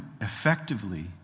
effectively